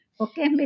Okay